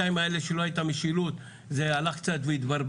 בשנתיים האלה שלא הייתה משילות זה הלך והתברבר.